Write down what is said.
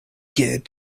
geared